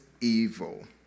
evil